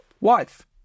Wife